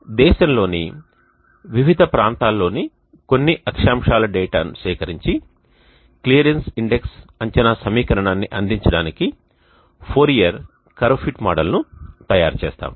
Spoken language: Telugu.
మనము దేశంలోని వివిధ ప్రాంతాల్లోని కొన్ని అక్షాంశాల కోసం డేటాను సేకరించి క్లియరెన్స్ ఇండెక్స్ అంచనా సమీకరణాన్ని అందించడానికి ఫోరియర్ కర్వ్ ఫిట్ మోడల్ను తయారు చేస్తాము